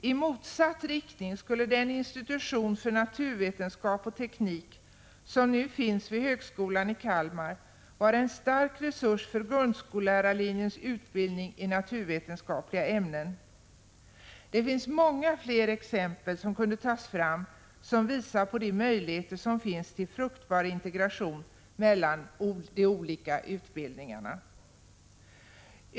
I gengäld skulle den institution för naturvetenskap och teknik som nu finns vid högskolan i Kalmar vara en stark resurs för grundskollärarlinjens utbildning i naturvetenskapliga ämnen. Jag kunde ta fram många fler exempel som visar på de möjligheter som finns till fruktbar integration mellan de olika utbildningarna.